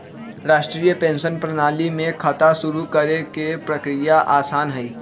राष्ट्रीय पेंशन प्रणाली में खाता शुरू करे के प्रक्रिया आसान हई